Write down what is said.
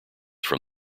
from